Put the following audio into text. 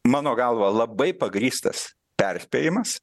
mano galva labai pagrįstas perspėjimas